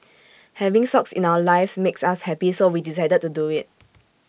having socks in our lives makes us happy so we decided to do IT